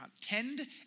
tend